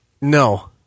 no